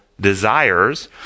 desires